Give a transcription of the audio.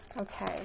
Okay